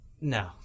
no